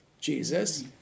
jesus